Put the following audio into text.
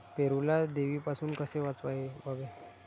पेरूला देवीपासून कसे वाचवावे?